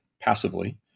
passively